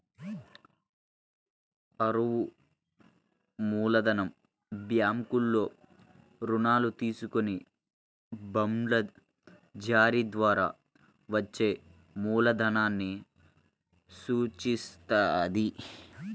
అరువు మూలధనం బ్యాంకుల్లో రుణాలు తీసుకొని బాండ్ల జారీ ద్వారా వచ్చే మూలధనాన్ని సూచిత్తది